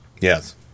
Yes